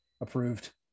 approved